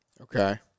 Okay